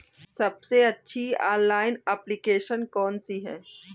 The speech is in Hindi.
सबसे अच्छी ऑनलाइन एप्लीकेशन कौन सी है?